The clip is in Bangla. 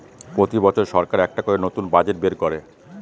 প্রতি বছর সরকার একটা করে নতুন বাজেট বের করে